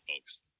folks